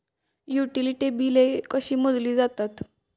Utility बिले कशी मोजली जातात?